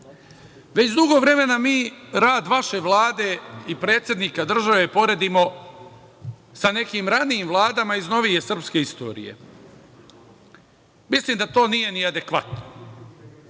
Već dugo vremena mi rad vaše Vlade i predsednika države poredimo sa nekim ranijim vladama iz novije srpske istorije. Mislim da to nije adekvatno.